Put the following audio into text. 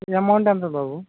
amount ఎంత బాబు